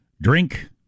drink